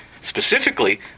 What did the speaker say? Specifically